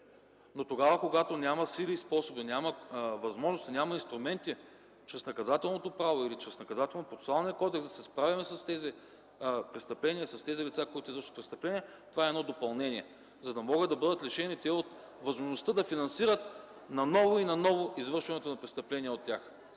Но когато няма сили и способи, няма възможности, няма инструменти чрез наказателното право или чрез НПК да се справим с тези лица, които извършват престъпления, това е допълнение, за да могат да бъдат лишени от възможността да финансират наново и наново извършването на престъпления от тях.